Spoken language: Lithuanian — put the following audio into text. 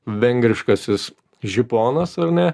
vengriškasis žiponas ar ne